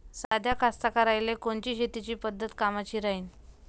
साध्या कास्तकाराइले कोनची शेतीची पद्धत कामाची राहीन?